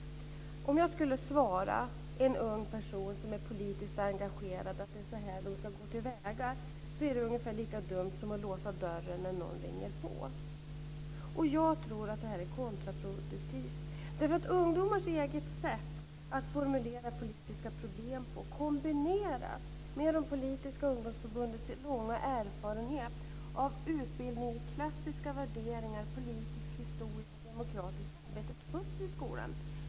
Om jag skulle svara en ung person som är politiskt engagerad att det är så här de ska gå till väga är det ungefär lika dumt som att låsa dörren när någon ringer på. Jag tror att det här är kontraproduktivt. Ungdomars eget sätt att formulera politiska problem kombinerat med de politiska ungdomsförbundens långa erfarenhet av utbildning i klassiska värderingar, politisk historia och demokratiskt arbete behövs i skolan.